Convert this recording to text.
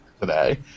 today